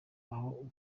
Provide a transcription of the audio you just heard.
aho